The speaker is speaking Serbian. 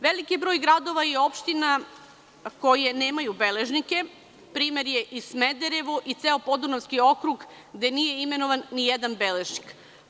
Veliki broj gradova i opština koje nemaju beležnike, primer je i Smederevo i ceo Podunavski okrug gde nije imenovan nijedan beležnik.